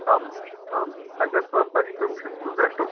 आम् आम् आगत्य प्रष्टुं शक्नुमः द्रष्टुम्